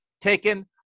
taken